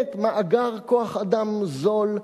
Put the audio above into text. באמת מאגר כוח-אדם זול,